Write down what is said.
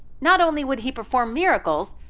not only would he perform miracles,